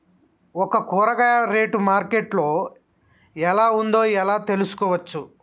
ఒక కూరగాయ rate market లో ఎలా ఉందో ఎలా తెలుసుకోవచ్చు?